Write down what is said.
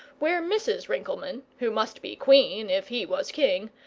where mrs. rinkelmann, who must be queen if he was king,